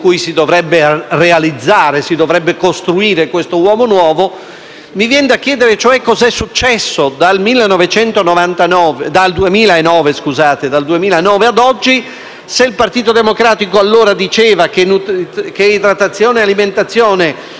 Mi viene da chiedere cosa sia successo dal 2009 ad oggi, se il Partito Democratico allora diceva che idratazione e alimentazione non costituiscono terapie e oggi invece vuole codificare con legge